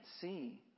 see